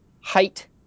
height